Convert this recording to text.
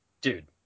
Dude